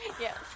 Yes